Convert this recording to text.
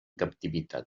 captivitat